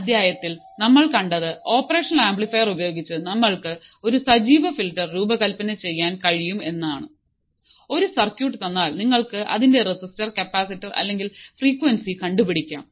ഈ അധ്യായത്തിൽ നമ്മൾ കണ്ടത് ഓപ്പറേഷനൽ ആംപ്ലിഫയർ ഉപയോഗിച്ച് നമ്മൾക്ക് ഒരു സജീവ ഫിൽട്ടർ രൂപകൽപ്പന ചെയ്യാൻ കഴിയും എന്നാണു ഒരു സർക്യൂട് തന്നാൽ നിങ്ങൾക്കു അതിന്റെ റെസിസ്റ്റർ കപ്പാസിറ്റർ അല്ലെങ്കിൽ ഫ്രീക്യുഎൻസി കണ്ടു പിടിക്കാം